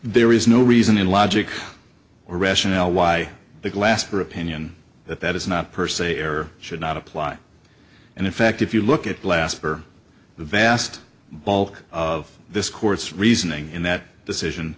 there is no reason in logic or rationale why the glasper opinion that that is not per se error should not apply and in fact if you look at blaster the vast bulk of this court's reasoning in that decision